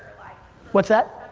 like what's that?